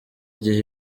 gihe